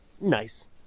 nice